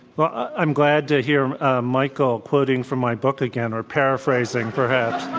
well, i'm glad to hear michael quoting from my book again or paraphrasing perhaps.